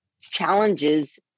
challenges